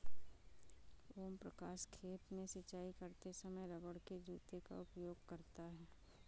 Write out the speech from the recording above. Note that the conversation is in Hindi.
ओम प्रकाश खेत में सिंचाई करते समय रबड़ के जूते का उपयोग करता है